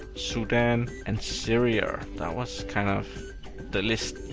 sudan, and syria. that was kind of the list.